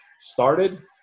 started